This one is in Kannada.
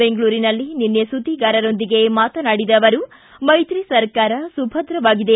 ಬೆಂಗಳೂರಿನಲ್ಲಿ ನಿನ್ನೆ ಸುದ್ದಿಗಾರರೊಂದಿಗೆ ಮಾತನಾಡಿದ ಅವರು ಮೈತ್ರಿ ಸರ್ಕಾರ ಸುಭದ್ರವಾಗಿದೆ